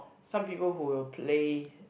some people who will play